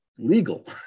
Legal